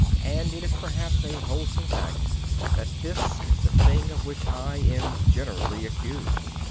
and it is perhaps a wholesome fact that this is the thing of which i am generally accused.